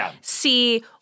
see